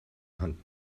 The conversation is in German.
hand